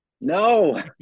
No